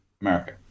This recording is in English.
America